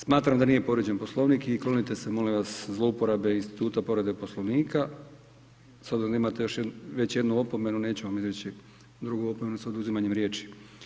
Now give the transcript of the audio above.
Smatram da nije povrijeđen Poslovnik i klonite se molim vas zlouporabe institut povrede Poslovnika, s obzirom da imate već jednu opomenu neću vam izreći drugu opomenu s oduzimanjem riječi.